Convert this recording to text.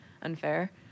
unfair